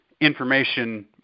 information